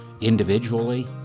individually